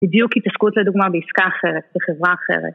בדיוק התעסקות לדוגמה בעסקה אחרת, בחברה אחרת.